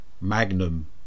Magnum